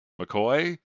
McCoy